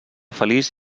feliç